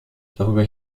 darüber